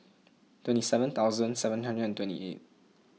twenty seven thousand seven hundred twenty eight